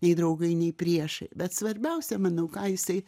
nei draugai nei priešai bet svarbiausia manau ką jisai